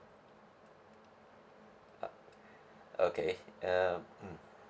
uh okay um mm